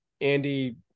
Andy